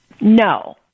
No